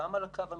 גם על הקו המחשובי,